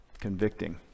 Convicting